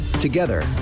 Together